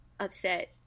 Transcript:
upset